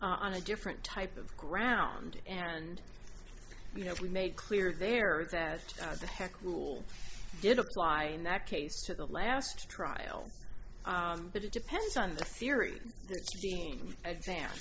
on a different type of ground and you know we made clear there that the heck rules did apply in that case to the last trial but it depends on the theory being advanced